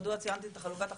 מדוע ציינתי את חלוקת ההכנסות,